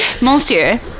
Monsieur